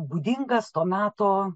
būdingas to meto